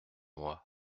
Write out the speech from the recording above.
moi